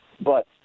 but-